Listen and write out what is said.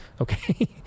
okay